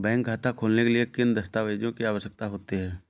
Bank खाता खोलने के लिए किन दस्तावेजों की आवश्यकता होती है?